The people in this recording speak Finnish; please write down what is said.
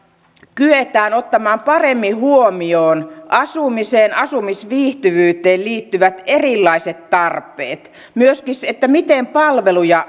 kyetään ottamaan paremmin huomioon asumiseen asumisviihtyvyyteen liittyvät erilaiset tarpeet myöskin se miten palveluja